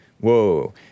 Whoa